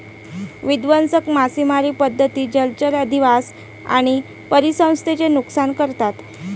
विध्वंसक मासेमारी पद्धती जलचर अधिवास आणि परिसंस्थेचे नुकसान करतात